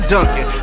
Duncan